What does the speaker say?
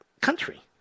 country